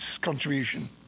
contribution